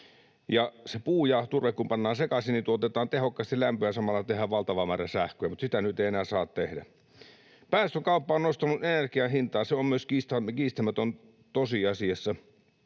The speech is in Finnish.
puu ja turve kun pannaan sekaisin, niin tuotetaan tehokkaasti lämpöä ja samalla tehdään valtava määrä sähköä. Mutta sitä nyt ei enää saa tehdä. Päästökauppa on nostanut energian hintaa, se on myös kiistämätön tosiasia,